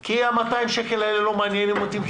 כי ה-200 שקל האלה לא מעניינים אותי,